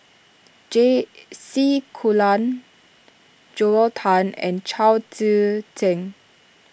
J C Kunalan Joel Tan and Chao Tzee Cheng